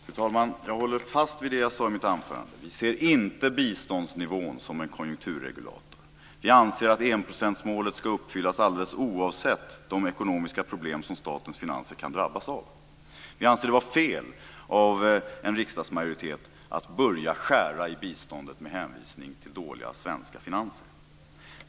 Fru talman! Jag håller fast vid det jag sade i mitt anförande. Vi ser inte biståndsnivån som en konjunkturregulator. Vi anser att enprocentsmålet ska uppfyllas alldeles oavsett de ekonomiska problem som statens finanser kan drabbas av. Jag anser det vara fel av en riksdagsmajoritet att börja skära i biståndet med hänvisning till dåliga svenska finanser.